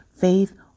faith